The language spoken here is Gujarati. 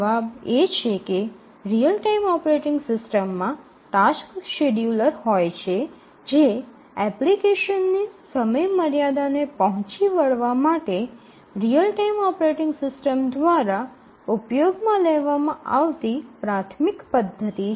જવાબ એ છે કે રીઅલ ટાઇમ ઓપરેટિંગ સિસ્ટમ્સમાં ટાસ્કસ શેડ્યૂલર હોય છે જે એપ્લિકેશનની સમયમર્યાદાને પહોંચી વળવા માટે રીઅલ ટાઇમ ઓપરેટિંગ સિસ્ટમ્સ દ્વારા ઉપયોગમાં લેવામાં આવતી પ્રાથમિક પદ્ધતિ છે